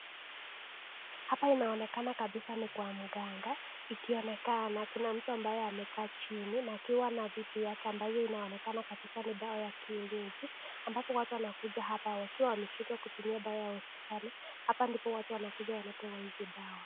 Hapa inaonekana kabisa ni kwa mganga ikionekana kuna mtu ambaye amekaa chini na akiwa na vitu yake ambayo inaonekana kabisa ni dawa ya kienyeji ambapo watu wanakuja hapa wakiwa wameshindwa kutumia dawa ya hospitali, hapa ndipo watu wanakuja wanapewa hizi dawa.